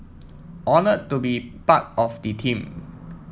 honoured to be part of the team